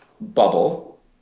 bubble